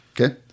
Okay